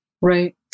right